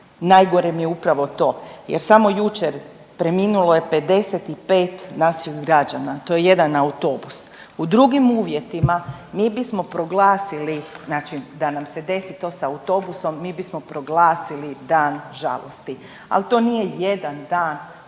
najgore mi je upravo to jer samo jučer preminulo je 55 naših građana. To je jedan autobus. U drugim uvjetima mi bismo proglasili, znači da nam se desi to sa autobusom, mi bismo proglasili Dan žalosti, al to nije jedan dan,